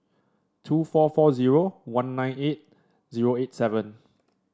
two four four zero one nine eight zero eight seven